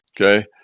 okay